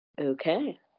okay